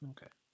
Okay